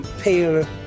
pale